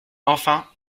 enfin